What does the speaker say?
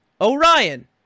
Orion